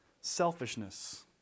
Selfishness